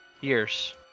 years